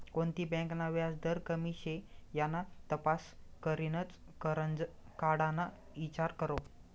कोणती बँक ना व्याजदर कमी शे याना तपास करीनच करजं काढाना ईचार करो